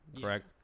correct